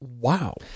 Wow